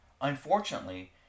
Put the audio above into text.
Unfortunately